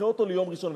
נדחה אותו ליום ראשון,